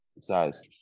size